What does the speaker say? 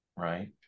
right